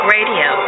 Radio